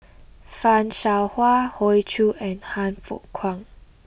Fan Shao Hua Hoey Choo and Han Fook Kwang